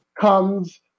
comes